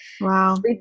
Wow